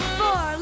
four